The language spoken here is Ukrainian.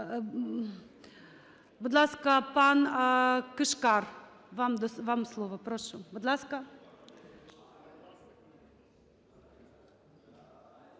Будь ласка, пан Кишкар, вам слово. Прошу, будь ласка.